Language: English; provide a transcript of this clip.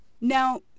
Now